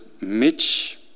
Mitch